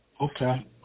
Okay